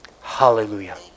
Hallelujah